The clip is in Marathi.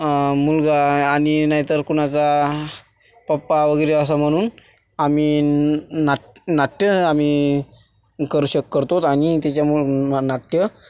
मुलगा आणि नाहीतर कुणाचा पप्पा वगैरे असं म्हणून आम्ही ना नाट नाट्य आम्ही करू शक करतो आणि त्याच्यामुळं नाट्य